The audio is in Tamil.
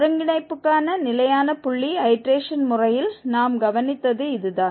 ஒருங்கிணைப்புக்கான நிலையான புள்ளி ஐடேரேஷன் முறையில் நாம் கவனித்தது இதுதான்